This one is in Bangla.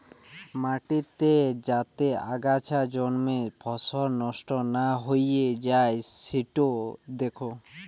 মাটিতে যাতে আগাছা জন্মে ফসল নষ্ট না হৈ যাই সিটো দ্যাখা